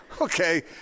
Okay